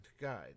guide